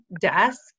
desk